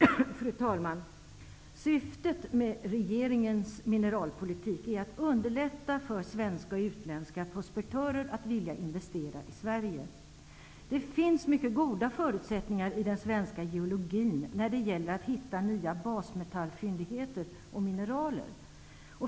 Fru talman! Syftet med regeringens mineralpolitik är att underlätta för svenska och utländska prospektörer att vilja investera i Sverige. Det finns mycket goda geologiska förutsättningar i Sverige när det gäller att hitta nya basmetallfyndigheter och mineraler.